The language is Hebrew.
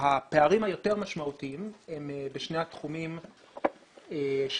הפערים היותר משמעותיים הם בשני התחומים שהם,